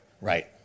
Right